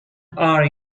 are